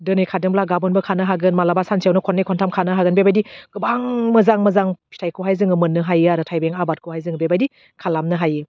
दोनै खादोंब्ला गोबोनबो खानो हागोन मालाबा सानसेआवनो खननै खनथाम खानो हागोन बेबायदि गोबां मोजां मोजां फिथाइखौहाय जोङो मोननो हायो आरो थाइबें आबादखौहाय जों बेबायदि खालामनो हायो